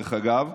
דרך אגב,